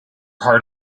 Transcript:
heart